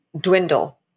dwindle